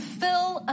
fill